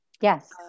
Yes